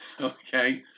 Okay